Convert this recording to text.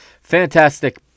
fantastic